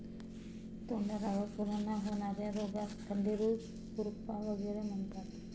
तोंडाला व खुरांना होणार्या रोगास खंडेरू, खुरपा वगैरे म्हणतात